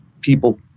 people